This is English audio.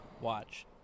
Watch